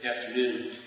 afternoon